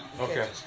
Okay